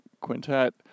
Quintet